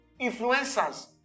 Influencers